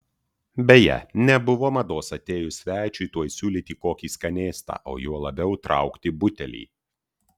beje nebuvo mados atėjus svečiui tuoj siūlyti kokį skanėstą o juo labiau traukti butelį